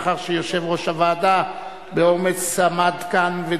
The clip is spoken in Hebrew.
לאחר שיושב-ראש הוועדה עמד כאן באומץ